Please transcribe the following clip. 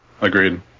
Agreed